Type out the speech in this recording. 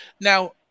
Now